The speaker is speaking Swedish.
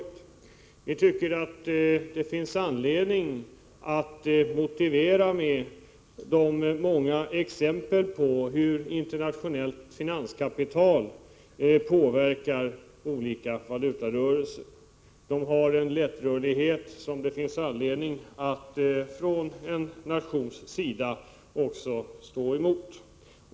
Från vpk:s sida tycker vi att det finns anledning att motivera avslaget med de många exempel på hur internationellt finanskapital påverkar olika valutarörelser. De har en lättrörlighet som det finns anledning för en nation att stå emot.